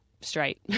straight